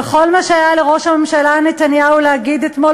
וכל מה שהיה לראש הממשלה נתניהו להגיד אתמול